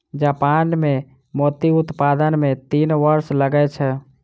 Japan मे मोती उत्पादन मे तीन वर्ष लगै छै